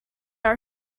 our